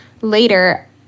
later